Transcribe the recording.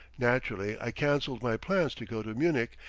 naturally i canceled my plans to go to munich,